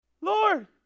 Lord